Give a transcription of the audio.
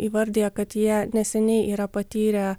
įvardija kad jie neseniai yra patyrę